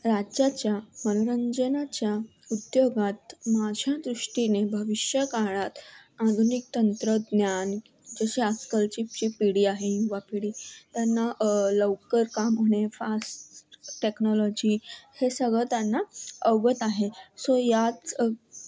राज्याच्या मनोरंजनाच्या उद्योगात माझ्या दृष्टीने भविष्यकाळात आधुनिक तंत्रज्ञान जशी आजकालची जी पिढी आहे युवा पिढी त्यांना लवकर काम होणे फास्ट टेक्नॉलॉजी हे सगळं त्यांना अवगत आहे सो याच